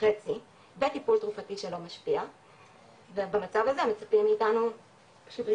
וחצי וטיפול תרופתי שלא משפיע ובמצב הזה הם מצפים מאיתנו להתמודד,